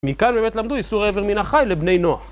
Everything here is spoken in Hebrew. מכאן באמת למדו איסור אבר מן החי לבני נח